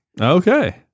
Okay